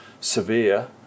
severe